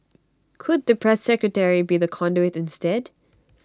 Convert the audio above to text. could the press secretary be the conduit instead